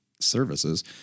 services